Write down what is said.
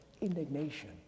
indignation